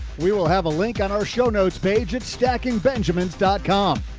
we will have a link on our show notes page at stackingbenjamins com.